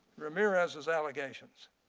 ramirez's allegations?